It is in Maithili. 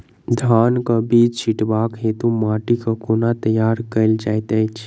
धान केँ बीज छिटबाक हेतु माटि केँ कोना तैयार कएल जाइत अछि?